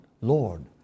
Lord